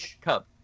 cub